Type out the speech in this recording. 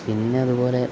പിന്നതു പോലെ